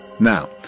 Now